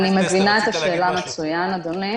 אני מבינה את השאלה מצוין, אדוני.